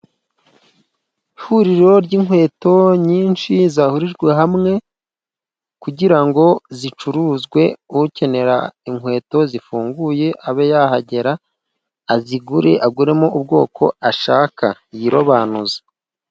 Ihuriro ry'inkweto nyinshi zahurijwe hamwe kugirango zicuruzwe, ukenera inkweto zifunguye abe yahagera azigure, aguremo ubwoko ashaka yirobanuze.